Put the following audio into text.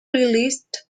released